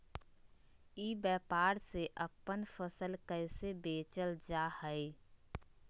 ई व्यापार से अपन फसल कैसे बेचल जा हाय?